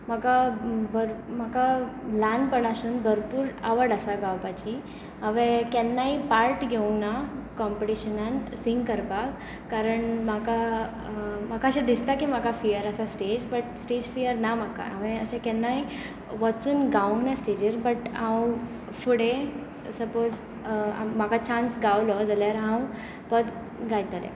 म्हाका भर म्हाका ल्हानपणासून भरपूर आवड आसा गावपाची हांवें केन्नाच पार्ट घेवना कम्पिटिशनाक सिंग करपाक कारण म्हाका म्हाका अशें दिसता की म्हाका फियर आसा स्टेज बट स्टेज फियर ना म्हाका हांवें अशें केन्नाय वचून गांवना स्टेजीर बट हांव फुडे सपोज म्हाका चान्स गावलो जाल्यार हांव पद गायतलें